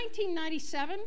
1997